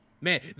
man